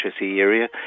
area